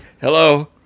Hello